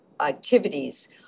activities